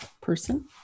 person